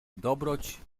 dobroć